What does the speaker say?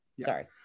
Sorry